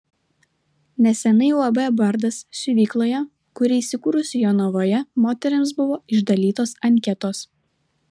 neseniai uab bardas siuvykloje kuri įsikūrusi jonavoje moterims buvo išdalytos anketos